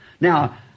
Now